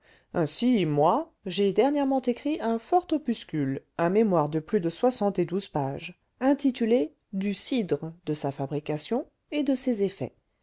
ainsi moi j'ai dernièrement écrit un fort opuscule un mémoire de plus de soixante et douze pages intitulé du cidre de sa fabrication et de ses effets